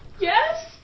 Yes